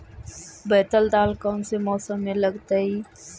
बैतल दाल कौन से मौसम में लगतैई?